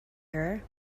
her